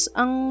ang